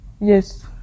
Yes